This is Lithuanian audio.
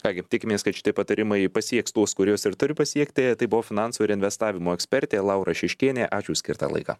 ką gi tikimės kad šitie patarimai pasieks tuos kuriuos ir turi pasiekti tai buvo finansų ir investavimo ekspertė laura šiškienė ačiū už skirtą laiką